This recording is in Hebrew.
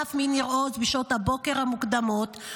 נחטף מניר עוז בשעות הבוקר המוקדמות,